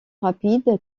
rapide